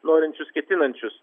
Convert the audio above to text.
norinčius ketinančius